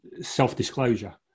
self-disclosure